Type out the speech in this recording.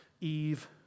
Eve